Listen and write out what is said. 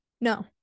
No